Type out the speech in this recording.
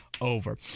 over